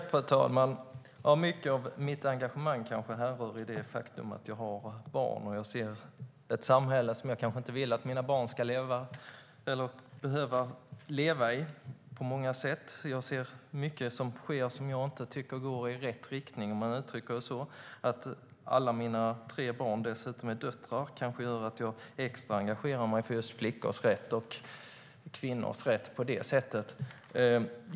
Fru talman! Mycket av mitt engagemang kanske härrör från det faktum att jag har barn och ser ett samhälle som jag på många sätt inte vill att mina barn ska behöva leva i. Jag ser mycket som sker som jag inte tycker går i rätt riktning. Att alla mina tre barn dessutom är döttrar kanske gör att jag engagerar mig extra för just flickors och kvinnors rätt.